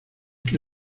que